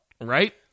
Right